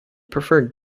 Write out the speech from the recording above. preferred